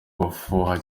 gufuha